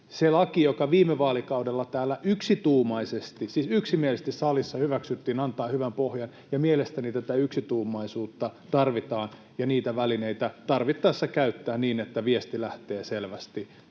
Se laki, joka viime vaalikaudella täällä yksituumaisesti, siis yksimielisesti salissa hyväksyttiin, antaa hyvän pohjan, ja mielestäni tätä yksituumaisuutta tarvitaan ja niitä välineitä tarvittaessa käytetään niin, että viesti lähtee selvästi